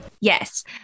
Yes